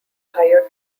higher